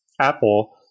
apple